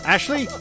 Ashley